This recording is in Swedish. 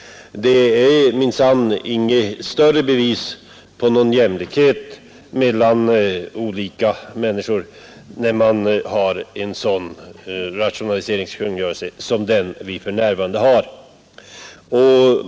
Det är inte något större bevis på jämlikhet mellan människorna att ha en sådan rationaliseringskungörelse som vi för närvarande har.